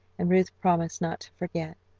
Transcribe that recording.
and ruth promised not to forget.